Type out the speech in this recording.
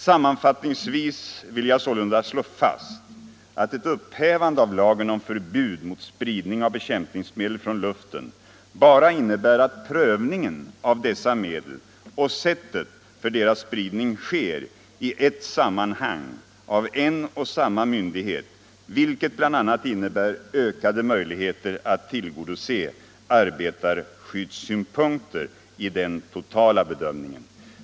Sammanfattningsvis vill jag sålunda slå fast att ett upphävande av lagen om förbud mot spridning av bekämpningsmedel från luften bara innebär att prövningen av dessa medel och sättet för deras spridning görs i ett sammanhang av en och samma myndighet, vilket bl.a. innebär ökade möjligheter att tillgodose arbetarskyddssynpunkter i den totala bedömningen.